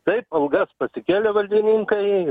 taip algas pasikėlė valdininkai